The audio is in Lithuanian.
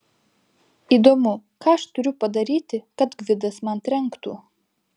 įdomu ką aš turiu padaryti kad gvidas man trenktų